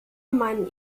meinen